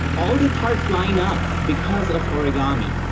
all the parts line up because of origami,